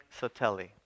sotelli